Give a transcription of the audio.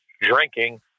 drinking